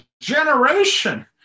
generation